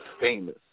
famous